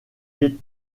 viêt